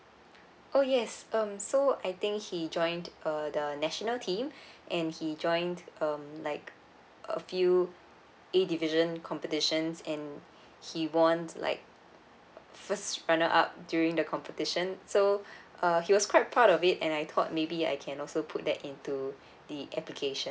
oh yes um so I think he joined err the national team and he joined um like a few A division competitions and he won like first runner up during the competition so uh he was quite proud of it and I thought maybe I can also put that into the application